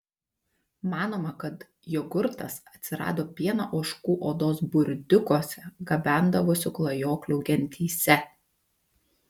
manoma kad jogurtas atsirado pieną ožkų odos burdiukuose gabendavusių klajoklių gentyse